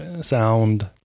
sound